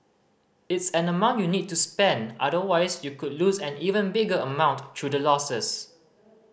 it's an amount you need to spend otherwise you could lose an even bigger amount through the losses